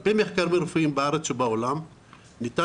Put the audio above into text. על פי מחקרים רפואיים בארץ ובעולם ניתן